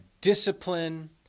discipline